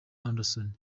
anderson